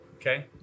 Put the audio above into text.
Okay